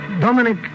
Dominic